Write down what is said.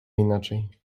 inaczej